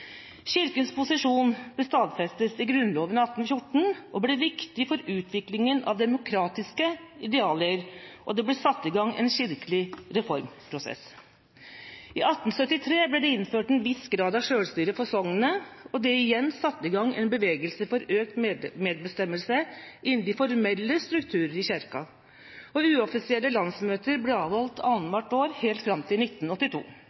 Kirkens posisjon ble stadfestet i Grunnloven av 1814, ble viktig for utviklingen av demokratiske idealer, og det ble satt i gang en kirkelig reformprosess. I 1873 ble det innført en viss grad av selvstyre for sognene, og det igjen satte i gang en bevegelse for økt medbestemmelse innen de formelle strukturer i Kirken. Uoffisielle landsmøter ble avholdt annethvert år helt fram til 1982.